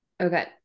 Okay